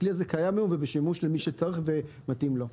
הכלי הזה קיים היום ובשימוש למי שצריך ומתאים לו.